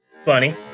Funny